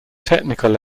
technical